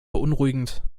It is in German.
beunruhigend